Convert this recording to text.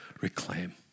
reclaim